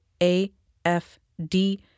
AFD